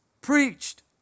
preached